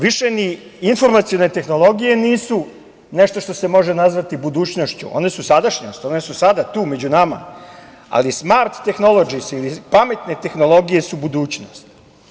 Više ni informacione tehnologije nisu nešto što se može nazvati budućnošću, one su sadašnjost, one su sada tu među nama, ali smart tehnolodžis ili pametne tehnologije su budućnost.